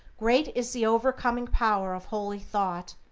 great is the overcoming power of holy thought,